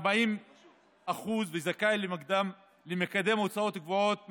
ב-40% וזכאי למקדם הוצאות קבועות מקסימלי,